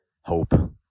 hope